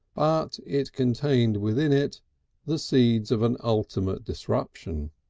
but it contained within it the seeds of an ultimate disruption.